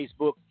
Facebook